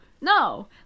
No